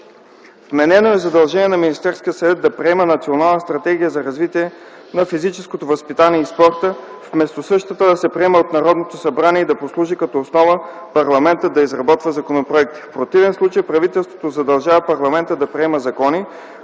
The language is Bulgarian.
Вменено е задължение на Министерския съвет да приема национална стратегия за развитието на физическото възпитание и спорта, вместо същата да се приема от Народното събрание и да послужи като основа парламентът да изработва законопроекти. В противен случай правителството задължава парламента да приема закони,